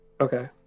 Okay